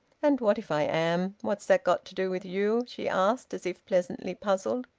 and what if i am? what's that got to do with you? she asked, as if pleasantly puzzled.